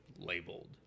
labeled